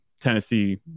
tennessee